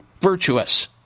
virtuous